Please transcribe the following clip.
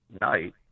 night